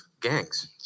gangs